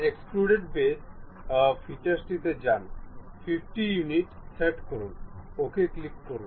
extrude base ফিচার্সটিতে যান 50 unit set করুন OK ক্লিক করুন